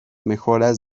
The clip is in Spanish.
mejoras